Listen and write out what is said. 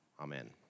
Amen